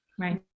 Right